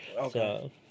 Okay